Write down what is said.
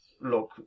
Look